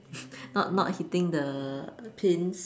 not not hitting the Pins